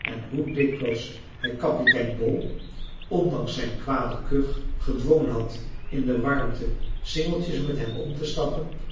en hoe dikwijls hij kapitein bol ondanks zijn kwade kuch gedwongen had in de warmte singeltjes met hem om te stappen